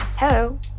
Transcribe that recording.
Hello